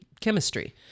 chemistry